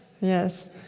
Yes